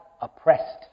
oppressed